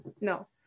no